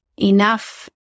Enough